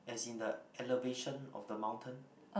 as in the elevation of the mountain